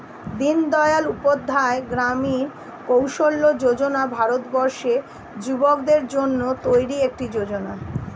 দিনদয়াল উপাধ্যায় গ্রামীণ কৌশল্য যোজনা ভারতবর্ষের যুবকদের জন্য তৈরি একটি যোজনা